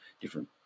different